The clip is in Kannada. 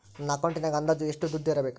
ನನ್ನ ಅಕೌಂಟಿನಾಗ ಅಂದಾಜು ಎಷ್ಟು ದುಡ್ಡು ಇಡಬೇಕಾ?